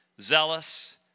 zealous